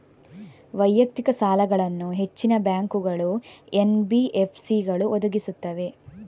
ವೈಯಕ್ತಿಕ ಸಾಲಗಳನ್ನು ಹೆಚ್ಚಿನ ಬ್ಯಾಂಕುಗಳು, ಎನ್.ಬಿ.ಎಫ್.ಸಿಗಳು ಒದಗಿಸುತ್ತವೆ